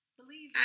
believe